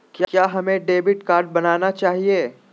क्या हमें debit card बनाना चाहिए?